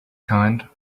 kind